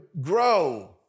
grow